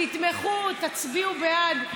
תתמכו, תצביעו בעד.